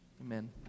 Amen